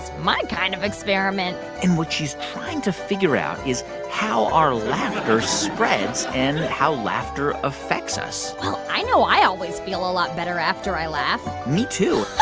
my kind of experiment and what she's trying to figure out is how our laughter spreads and how laughter affects us well, i know i always feel a lot better after i laugh me, too